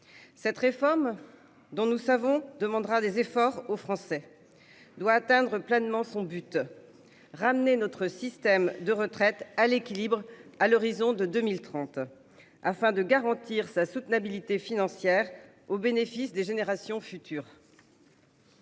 Cette réforme, qui, nous le savons, demandera des efforts aux Français, doit atteindre pleinement son but : ramener notre système de retraite à l'équilibre à l'horizon de 2030, afin de garantir sa soutenabilité financière au bénéfice des générations futures.